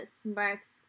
smirks